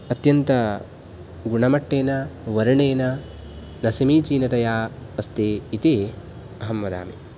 अत्यन्त गुणमट्टेन वर्णेन न समीचीनतया अस्ति इति अहं वदामि